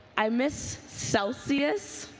i miss celsius